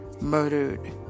murdered